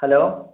hello